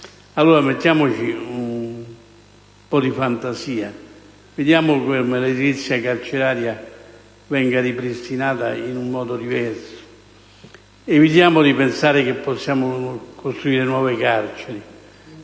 Mettiamoci un po' di fantasia, cerchiamo di far sì che l'edilizia carceraria venga ripristinata in modo diverso, evitiamo di pensare che possiamo costruire nuove carceri: